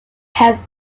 has